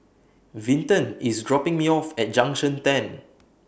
Vinton IS dropping Me off At Junction ten